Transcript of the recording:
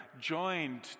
joined